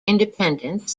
independence